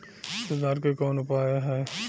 सुधार के कौनोउपाय वा?